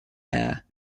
air